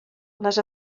les